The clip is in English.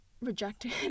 rejected